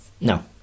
no